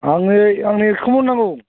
आंनो आंनो एगस' मन नांगौ